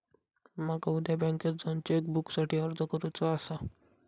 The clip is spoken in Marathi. माका उद्या बँकेत जाऊन चेक बुकसाठी अर्ज करुचो आसा